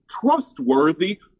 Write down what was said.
trustworthy